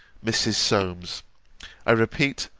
mrs. solmes i repeat,